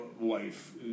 life